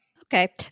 Okay